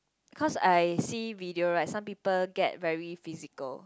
cause I see video right some people get very physical